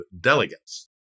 delegates